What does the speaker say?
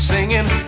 Singing